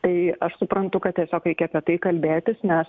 tai aš suprantu kad tiesiog reikia apie tai kalbėtis nes